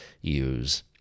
use